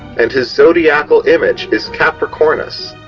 and his zodiacal image is capricornus,